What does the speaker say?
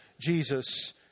Jesus